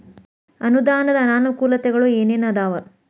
ಅನುದಾನದ್ ಅನಾನುಕೂಲತೆಗಳು ಏನ ಏನ್ ಅದಾವ?